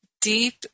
deep